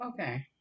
Okay